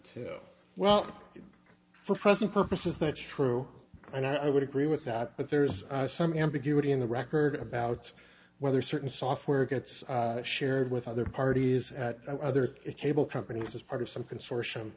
two well for present purposes that's true and i would agree with that but there's some ambiguity in the record about whether certain software gets shared with other parties at other cable companies as part of some consortium